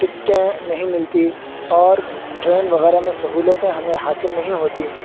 ٹکٹیں نہیں ملتی اور ٹرین وغیرہ میں سہولتیں ہمیں حاصل نہیں ہوتیں